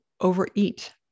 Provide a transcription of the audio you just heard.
overeat